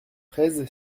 treize